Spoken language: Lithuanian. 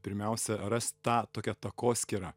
pirmiausia rast tą tokią takoskyrą